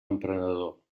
emprenedor